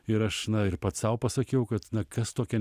ir aš na ir pats sau pasakiau kad na kas tokią